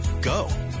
go